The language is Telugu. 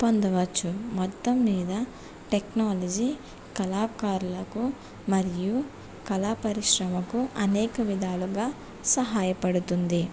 పొందవచ్చు మొత్తం మీద టెక్నాలజీ కళాకారులకు మరియు కళా పరిశ్రమకు అనేక విధాలుగా సహాయపడుతుంది